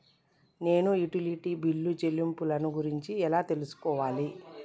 నేను utility bill చెల్లింపులను గురించి ఎలా తెలుసుకోవాలి?